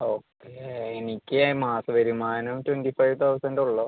okay എനിക്ക് മാസ വരുമാനം ട്വൻറ്റി ഫൈ തൗസൻണ്ടേള്ളു